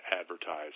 advertise